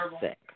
sick